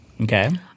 Okay